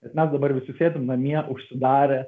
ir mes dabar visi sėdim namie užsidarę